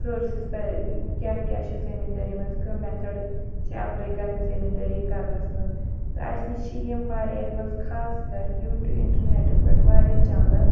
sources کیٛاہ کیٛاہ چھُ زمیٖندٲری منٛز کَم مٮ۪تھٲڈ چھِ اٮ۪پلَے کَرٕنۍ زمیٖندٲری کَرنَس منٛز تہٕ اَسہِ نِش چھِ یِم واریاہ یَتھ منٛز خاص کَر یوٗٹُہ اِنٹَرنٮ۪ٹَس پٮ۪ٹھ واریاہ چَنلہٕ